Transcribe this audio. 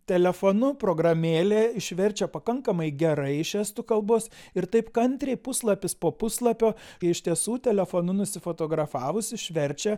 telefonu programėlė išverčia pakankamai gerai iš estų kalbos ir taip kantriai puslapis po puslapio kai iš tiesų telefonu nusifotografavus išverčia